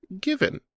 given